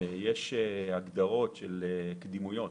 יש הגדרות של קדימויות.